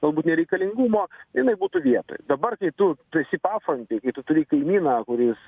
galbūt nereikalingumo jinai būtų vietoj dabar kai tu tu esi pafrontėj kai tu turi kaimyną kuris